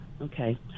Okay